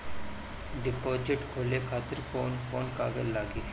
Deposit खोले खातिर कौन कौन कागज लागी?